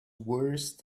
worse